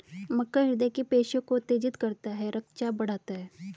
मक्का हृदय की पेशियों को उत्तेजित करता है रक्तचाप बढ़ाता है